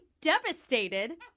devastated